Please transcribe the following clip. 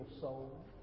soul